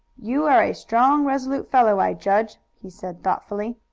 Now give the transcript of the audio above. you are a strong, resolute fellow, i judge, he said thoughtfully.